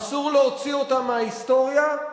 אסור להוציא אותם מההיסטוריה,